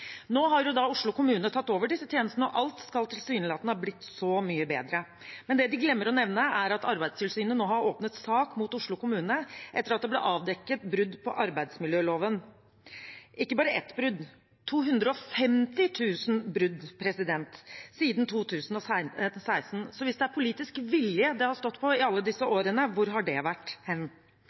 Nå har jo Oslo kommune tatt over disse tjenestene, og alt skal tilsynelatende ha blitt så mye bedre. Men det de glemmer å nevne, er at Arbeidstilsynet nå har åpnet sak mot Oslo kommune etter at det ble avdekket brudd på arbeidsmiljøloven – ikke bare ett brudd, men 250 000 brudd siden 2016. Så hvis det er politisk vilje det har stått på i alle disse årene, hvor har den vært?